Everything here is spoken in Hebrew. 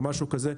משהו כזה.